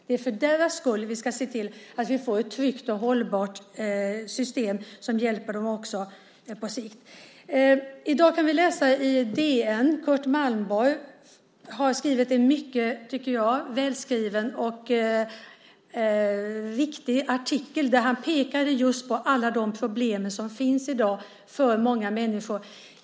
Det är för deras skull vi ska se till att vi får ett tryggt och hållbart system som hjälper dem också på sikt. Vi kan i dagens DN läsa en artikel skriven av Curt Malmborg. Jag tycker att det är en mycket välskriven och viktig artikel där han just pekar på alla de problem som i dag finns för många människor.